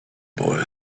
boy